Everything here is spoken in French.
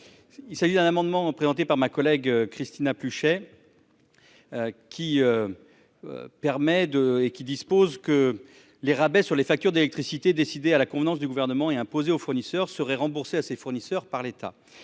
Vial. Cet amendement, présenté par ma collègue Christina Pluchet, vise à faire en sorte que les rabais sur les factures d'électricité décidés à la convenance du Gouvernement et imposés aux fournisseurs soient remboursés à ces fournisseurs par l'État.